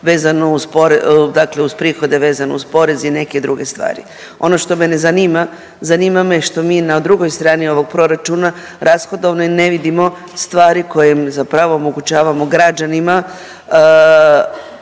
uz prihode vezano uz porez i neke druge stvari. Ono što mene zanima, zanima me što mi na drugoj strani ovog proračuna rashodovnoj ne vidimo stvari kojima zapravo omogućavamo građanima